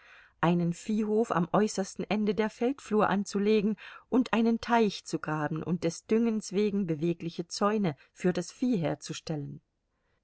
einen viehhof am äußersten ende der feldflur anzulegen und einen teich zu graben und des düngens wegen bewegliche zäune für das vieh herzustellen